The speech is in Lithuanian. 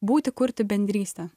būti kurti bendrystę